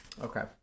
Okay